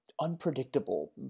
unpredictable